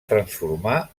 transformar